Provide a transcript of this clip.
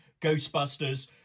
Ghostbusters